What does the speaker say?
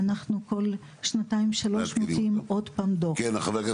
ואנחנו כל שנתיים שלוש מוציאים עוד פעם דוח.